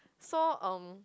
so um